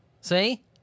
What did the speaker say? See